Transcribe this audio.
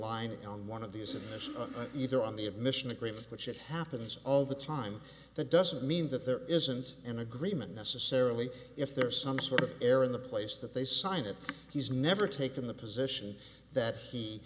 line on one of these admissions either on the admission agreement which it happens all the time that doesn't mean that there isn't an agreement necessarily if there's some sort of error in the place that they sign it he's never taken the position that he